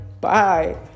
Bye